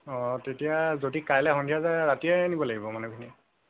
অঁ তেতিয়া যদি কাইলৈ সন্ধিয়া যায় ৰাতিয়ে নিব লাগিব মানুহখিনি